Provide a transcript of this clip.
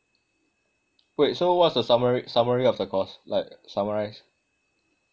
wait so what's the summary summary of the course like summarize